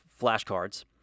flashcards